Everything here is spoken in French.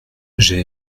j’ai